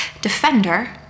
Defender